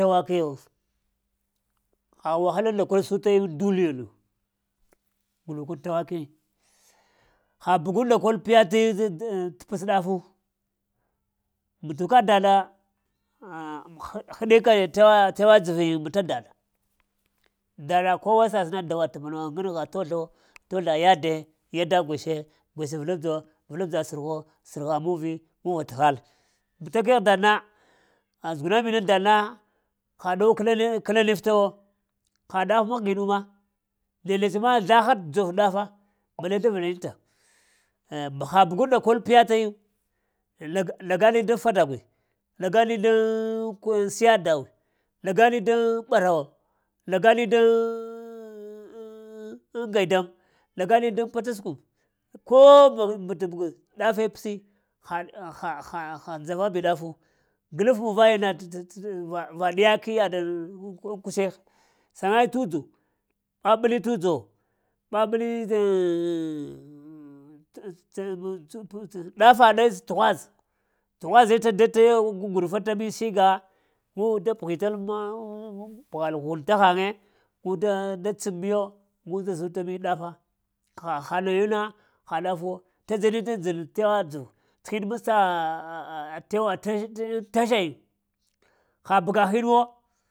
Tawakkiyo, ha wahalunda kol suti aŋ duniyanu, glukən tawaki, ha bugunda kol piyati da-d-d'e pəs ɗafu, mutuka daɗa ah-həɗekayo tə-tə tawa dzeve m'ta daɗ, daɗa kowa sasəna, dawa taganuwa, ngangha, tozlo, tozla yade, yava gweshe, gwesha vəlabdza, vəlabdza sərgho, sərgha muvi, muvat ghal məta kegh daɗna ha zuguna minaŋ daɗna na ɗow kla-kla ɗif tawo, ha ɗaf mahginu ma, na nets mazlah-ha tə dzov ɗafa, bale ɗa vlanita aya ha bugun-nda kol piyatayu la-lagali daŋ fadagwe, lagali daŋ-kuor-siya dave, lagali daŋ ɓarawa, lagali daŋ ŋ-ŋ-ŋ gaidam, lagali daŋ potiskum, ko-b-met bəgo ɗafi pəsi, haɗ-ha-ha-ha dzava bi ɗafu, gəlaf muvayi na t-t va-va ɗiyaki yaɗ aŋ kusheh saŋaitu dzu, a ɓeli tuju, ɓaɓli ɗafaɗe tughwaz tughwaze ta datayo, gwg-gurfata mi siga, gui da pəghita m-mŋ- pəghal ghun ta ghŋee guda-ga-ts'ɓ miyo, gu da zuta mi ɗafa ha-ha nayuna, ha ɗaffuwo, tə dzani tə-dzi tawa dzəv, hin masta təwa til teve, ha bəga hinwo.